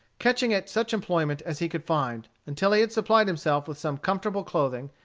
catching at such employment as he could find, until he had supplied himself with some comfortable clothing,